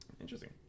Interesting